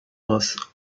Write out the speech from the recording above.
was